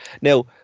Now